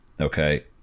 okay